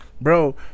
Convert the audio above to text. bro